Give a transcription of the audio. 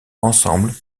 ensemble